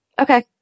Okay